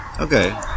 Okay